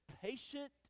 patient